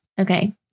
okay